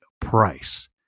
price